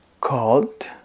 called